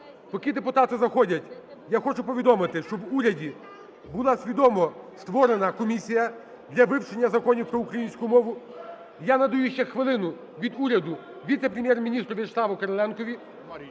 Поки депутати заходять, я хочу повідомити, що в уряді була свідомо створена комісія для вивчення законів про українську мову. Я надаю ще хвилину від уряду віце-прем'єр-міністру В'ячеславу Кириленку.